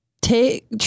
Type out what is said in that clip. take